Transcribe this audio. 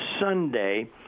Sunday